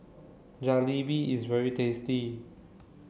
Jalebi is very tasty